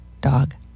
dog